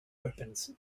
opens